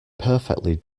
perfectly